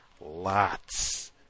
Lots